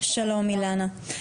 שלום אילנה,